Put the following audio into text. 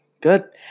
Good